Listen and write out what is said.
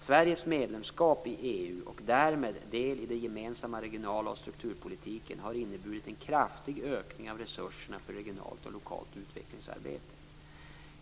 Sveriges medlemskap i EU och därmed del i den gemensamma regional och strukturpolitiken har inneburit en kraftig ökning av resurserna för regionalt och lokalt utvecklingsarbete.